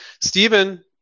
Stephen